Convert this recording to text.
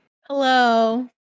Hello